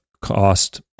cost